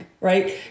right